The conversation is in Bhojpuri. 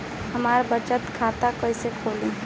हम बचत खाता कईसे खोली?